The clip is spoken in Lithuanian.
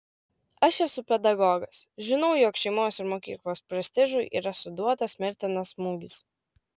aš esu pedagogas žinau jog šeimos ir mokyklos prestižui yra suduotas mirtinas smūgis